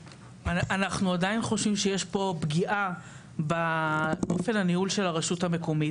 אנחנו עדיין חושבים שיש פה פגיעה באופן הניהול של הרשות המקומית.